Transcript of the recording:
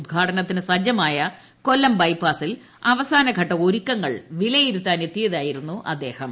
ഉദ്ഘാടനത്തിന് സജ്ജമായ കൊല്ലം ബൈപ്പാസിൽ അവസാനഘട്ട ഒരുക്കങ്ങൾ വിലയിരുത്താനെത്തിയതായിരുന്നു മന്ത്രി